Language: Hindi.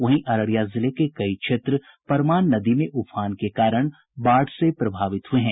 वहीं अररिया जिले के कई क्षेत्र परमान नदी में उफान के कारण बाढ़ से प्रभावित हुए हैं